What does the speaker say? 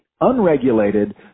unregulated